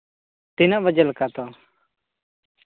ᱛᱤᱱᱟᱹᱜ ᱵᱟᱡᱮ ᱞᱮᱠᱟᱛᱮ